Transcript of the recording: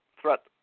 threat